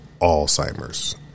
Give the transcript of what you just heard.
Alzheimer's